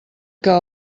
que